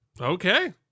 Okay